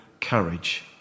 courage